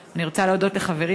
מטרת הצעת החוק היא להגן על אזרחים